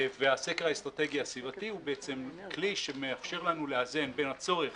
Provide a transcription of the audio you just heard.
והסקר האסטרטגי הסביבתי הוא בעצם כלי שמאפשר לנו לאזן בין הצורך